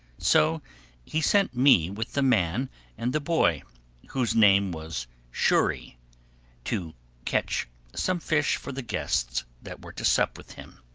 so he sent me with the man and the boy whose name was xury to catch some fish for the guests that were to sup with him.